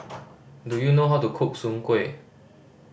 do you know how to cook soon kway